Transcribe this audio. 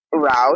Route